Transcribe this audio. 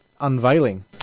unveiling